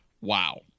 Wow